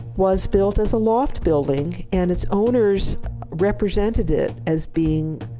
was built as a loft building and its owners represented it as being,